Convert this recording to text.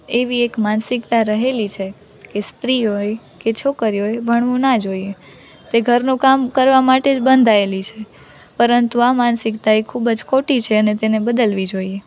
એવી એક માનસિકતા રહેલી છે કે સ્ત્રીઓએ કે છોકરીઓએ ભણવું ના જોઈએ તે ઘરનું કામ કરવા માટે જ બધાંયેલી છે પરંતુ આ માનસિકતા એ ખૂબ જ ખોટી છે અને તેને બદલવી જોઈએ